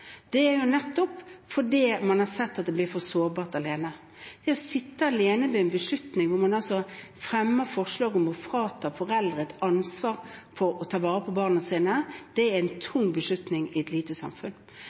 sett at det blir for sårbart alene. Det å sitte alene med en beslutning hvor man fremmer forslag om å frata foreldre ansvaret for å ta vare på barna sine, er en tung beslutning i et lite samfunn.